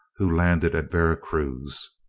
who landed at vera cruz.